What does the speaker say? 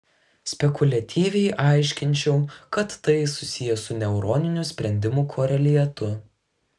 spekuliatyviai aiškinčiau kad tai susiję su neuroninių sprendimų koreliatu